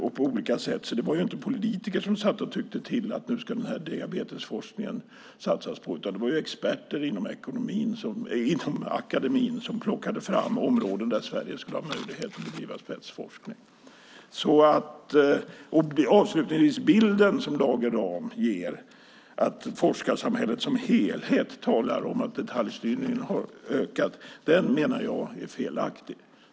Det var alltså inte politiker som satt och tyckte att man skulle satsa på diabetesforskning, utan det var experter inom akademin som plockade fram områden där Sverige skulle ha möjlighet att bedriva spetsforskning. Avslutningsvis, bilden som Lage Rahm målar upp, att forskarsamhället som helhet talar om ökad detaljstyrning, är felaktig.